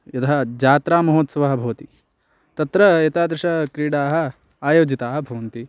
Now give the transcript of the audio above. यदा जात्रामहोत्सवः भवति तत्र एतादृशाक्रीडाः आयोजिताः भवन्ति